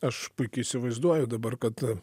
aš puikiai įsivaizduoju dabar kad